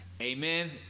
amen